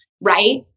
right